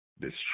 destroy